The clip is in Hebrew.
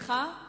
דיון